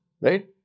right